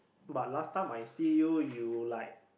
but last time I see you you like